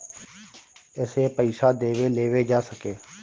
एसे पइसा देवे लेवे जा सके